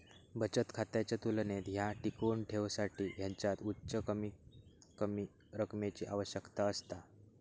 बचत खात्याच्या तुलनेत ह्या टिकवुन ठेवसाठी ह्याच्यात उच्च कमीतकमी रकमेची आवश्यकता असता